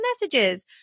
messages